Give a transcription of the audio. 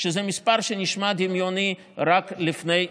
שזה מספר שנשמע דמיוני רק לפני,